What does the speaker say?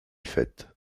faite